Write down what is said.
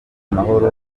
mahoro